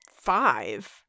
Five